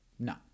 No